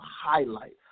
highlight